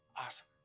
awesome